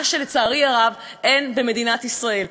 מה שלצערי הרב אין במדינת ישראל.